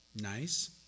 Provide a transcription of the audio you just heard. nice